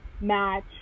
match